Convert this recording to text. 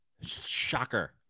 Shocker